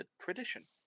tradition